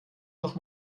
noch